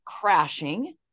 crashing